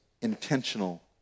intentional